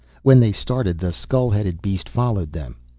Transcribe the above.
when they started the skull-headed beast followed them.